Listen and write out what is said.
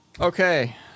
Okay